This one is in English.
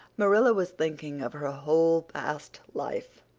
marilla was thinking of her whole past life,